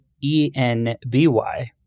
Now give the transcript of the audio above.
E-N-B-Y